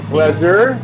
pleasure